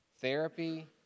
therapy